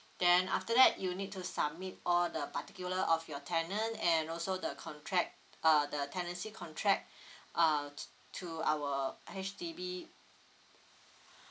then after that you need to submit all the particular of your tenant and also the contract uh the tenancy contract uh to to our H_D_B